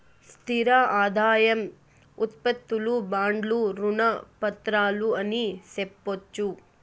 స్థిర ఆదాయం ఉత్పత్తులు బాండ్లు రుణ పత్రాలు అని సెప్పొచ్చు